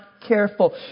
careful